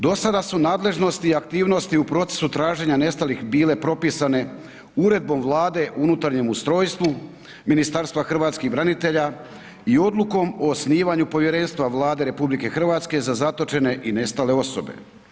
Do sada su nadležnosti i aktivnosti u procesu traženja nestalih bile propisane uredbom Vlade o unutarnjem ustrojstvu Ministarstva hrvatskih branitelja i odlukom o osnivanju povjerenstva Vlade RH za zatočene i nestale osobe.